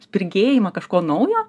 spirgėjimą kažko naujo